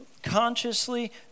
Consciously